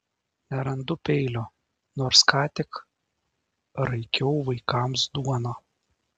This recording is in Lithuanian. nerandu peilio nors ką tik raikiau vaikams duoną